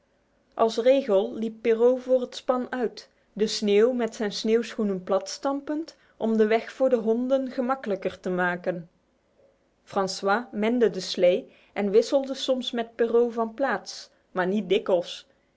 als regel liep perrault voor het span uit de sneeuw met zijn sneeuwschoenen vaststampend om de weg voor de honden gemakkelijker te maken francois mende de slee en wisselde soms met perrault van plaats maar niet dikwijls